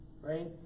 Right